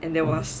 and that was